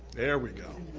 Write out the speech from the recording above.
there we go.